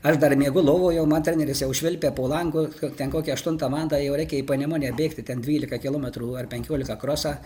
aš dar miegu lovoj o man treneris jau švilpia po langu ten kokią aštuntą valandą jau reikia į panemunę bėgti ten dvylika kilometrų ar penkiolika krosą